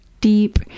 deep